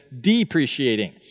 depreciating